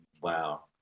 Wow